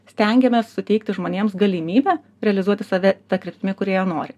stengiamės suteikti žmonėms galimybę realizuoti save ta kryptimi kurioj jie nori